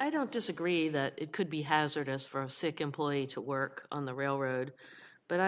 i don't disagree that it could be hazardous for a sick employee to work on the railroad but i'm